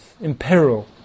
imperil